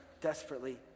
desperately